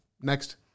Next